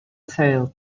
sailed